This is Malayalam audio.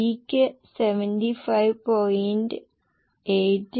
B ക്ക് 75